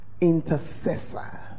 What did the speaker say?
intercessor